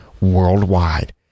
worldwide